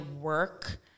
work